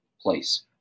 place